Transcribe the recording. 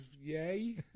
yay